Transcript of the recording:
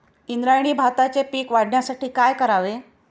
इंद्रायणी भाताचे पीक वाढण्यासाठी काय करावे?